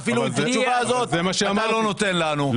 אבל גם את זה אתה לא אומר לנו,